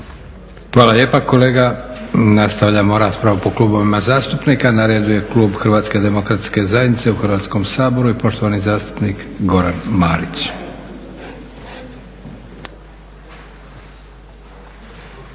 Hvala lijepa kolega. Nastavljamo raspravu po klubovima zastupnika. Na redu je klub HDZ-a u Hrvatskom saboru i poštovani zastupnik Goran Marić.